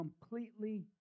completely